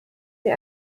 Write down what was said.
sie